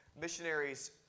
Missionaries